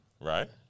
right